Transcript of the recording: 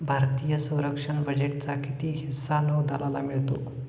भारतीय संरक्षण बजेटचा किती हिस्सा नौदलाला मिळतो?